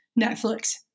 Netflix